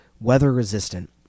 weather-resistant